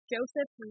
Joseph